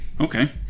okay